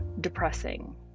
depressing